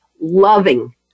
loving